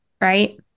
right